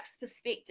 perspective